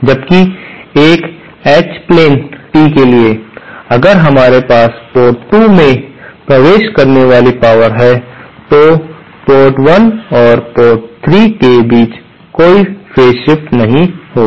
जबकि एक H plane T के लिए अगर हमारे पास पोर्ट 2 में प्रवेश करने की पावर है तो पोर्ट 1 और पोर्ट 3 के बीच कोई फेज शिफ्ट नहीं होगा